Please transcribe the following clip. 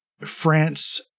France